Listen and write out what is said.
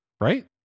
Right